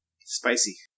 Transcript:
Spicy